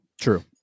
true